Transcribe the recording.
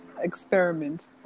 experiment